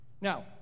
Now